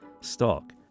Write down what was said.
stock